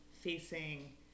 facing